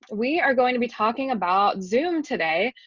we are going to be talking about zoom today.